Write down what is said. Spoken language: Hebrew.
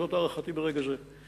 זאת הערכתי ברגע זה.